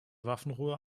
waffenruhe